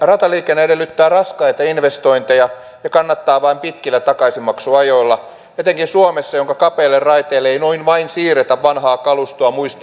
rataliikenne edellyttää raskaita investointeja ja kannattaa vain pitkillä takaisinmaksuajoilla etenkin suomessa jonka kapeille raiteille ei noin vain siirretä vanhaa kalustoa muista euroopan maista